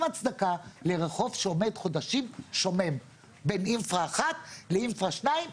הצדקה לרחוב שעומד חודשים שומם בין "אינפרא 1" ל"אינפרא 2",